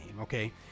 okay